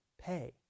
pay